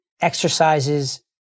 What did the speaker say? exercises